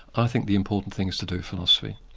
i think the important thing is to do philosophy.